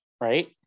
right